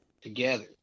together